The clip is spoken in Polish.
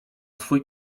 swój